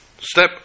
step